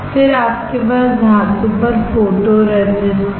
फिर आपके पास धातु पर फोटोरेजिस्ट है